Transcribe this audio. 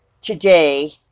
today